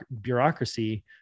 bureaucracy